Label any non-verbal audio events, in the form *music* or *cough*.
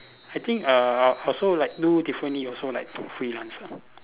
I think err also like know Tiffany also like *noise* freelance ah